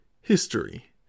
History